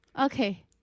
Okay